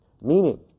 meaning